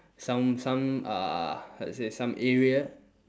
some some uh how to say some area